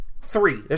Three